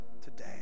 today